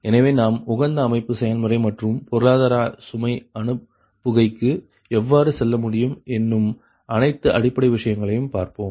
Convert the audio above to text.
எனவே நாம் உகந்த அமைப்பு செயல்முறை மற்றும் பொருளாதார சுமை அனுப்புகைக்கு எவ்வாறு செல்ல முடியும் என்னும் அனைத்து அடிப்படை விஷயங்களையும் பார்ப்போம்